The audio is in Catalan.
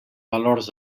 valors